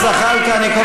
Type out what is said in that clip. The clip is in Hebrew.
הממשלה.